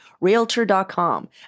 Realtor.com